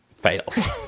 fails